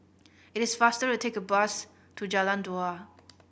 it is faster to take bus to Jalan Dua